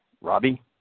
robbie